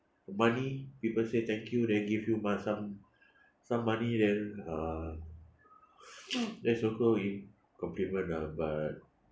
money people say thank you then give you mo~ some some money then uh that's also giving compliment ah but